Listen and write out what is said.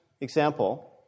example